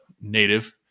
native